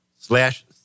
slash